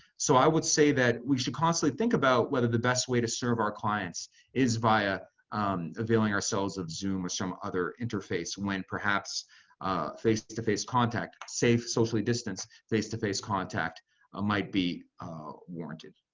so i would say that we should constantly think about whether the best way to serve our clients is via availing ourselves of zoom or some other interface, when perhaps face-to-face contact, safe, socially distanced face-to-face contact ah might be warranted.